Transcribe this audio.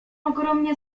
ogromnie